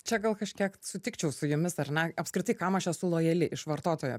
čia gal kažkiek sutikčiau su jumis ar ne apskritai kam aš esu lojali iš vartotojo